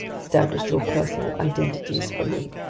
established your personal identities for me.